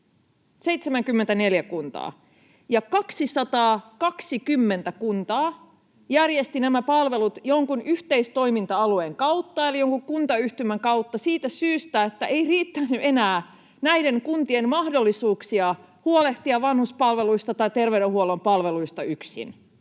74 kuntaa — ja 220 kuntaa järjesti nämä palvelut jonkun yhteistoiminta-alueen kautta eli jonkun kuntayhtymän kautta siitä syystä, että näillä kunnilla ei riittänyt enää mahdollisuuksia huolehtia vanhuspalveluista tai terveydenhuollon palveluista yksin.